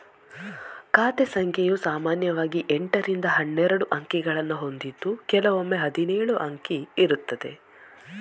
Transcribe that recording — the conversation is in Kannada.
ಖಾತೆ ಸಂಖ್ಯೆಯು ಸಾಮಾನ್ಯವಾಗಿ ಎಂಟರಿಂದ ಹನ್ನೆರಡು ಅಂಕಿಗಳನ್ನ ಹೊಂದಿದ್ದು ಕೆಲವೊಮ್ಮೆ ಹದಿನೇಳು ಅಂಕೆ ಇರ್ತದೆ